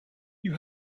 you